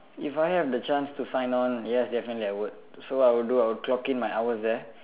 if I have the chance to sign on yes definitely I would so what I would do I would clock in my hours there